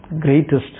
greatest